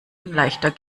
leichter